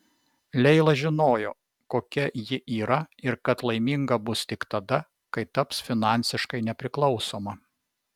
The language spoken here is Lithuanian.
leila žinojo kokia ji yra ir kad laiminga bus tik tada kai taps finansiškai nepriklausoma